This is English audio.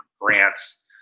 grants